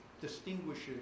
distinguishes